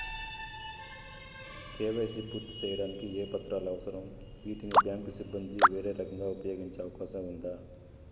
KYC పూర్తి సేయడానికి ఏ పత్రాలు అవసరం, వీటిని బ్యాంకు సిబ్బంది వేరే రకంగా ఉపయోగించే అవకాశం ఉందా?